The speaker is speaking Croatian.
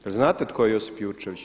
Jel' znate tko je Josip Jurčević?